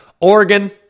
Oregon